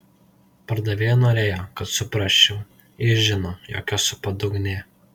pardavėja norėjo kad suprasčiau ji žino jog esu padugnė